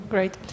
Great